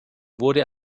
wurde